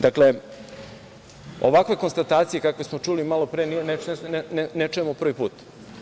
Dakle, ovakve konstatacije kakve smo čuli malopre, ne čujemo prvi put.